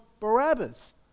Barabbas